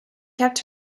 kept